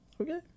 Okay